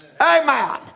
Amen